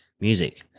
music